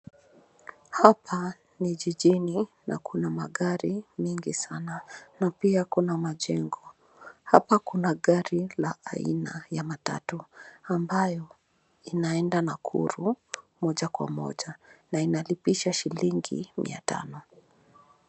Hapa ni jijini na kuna magari mingi sana, na pia kuna majengo. Hapa kuna gari la aina ya matatu, ambayo inaenda Nakuru moja kwa moja na inalipisha shilingi mia tano.